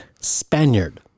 Spaniard